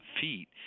feet